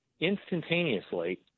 instantaneously